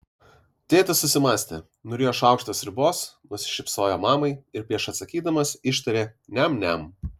tėtis susimąstė nurijo šaukštą sriubos nusišypsojo mamai ir prieš atsakydamas ištarė niam niam